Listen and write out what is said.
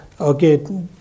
okay